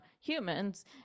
humans